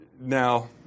Now